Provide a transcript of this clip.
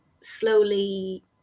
slowly